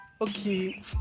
okay